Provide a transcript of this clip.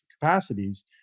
capacities